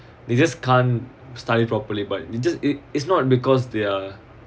they just can't study properly but it just it it's not because they are